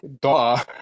duh